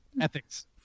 ethics